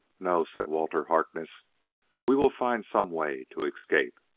no, said walter harkness we will find some way to escape.